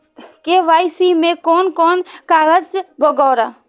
KYC में कोन कोन कागज वगैरा?